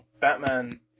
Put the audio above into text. Batman